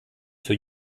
für